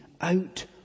out